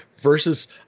versus